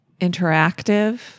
interactive